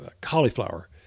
cauliflower